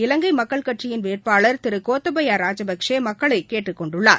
இலங்கை மக்கள் கட்சியின் வேட்பாளர் திரு கோத்தபய ராஜபக்சே மக்களை கேட்டுக்கொண்டுள்ளார்